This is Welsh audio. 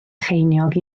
cheiniog